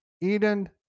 eden